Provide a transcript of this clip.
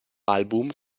album